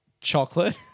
chocolate